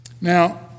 Now